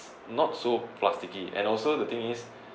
not so plasticky and also the thing is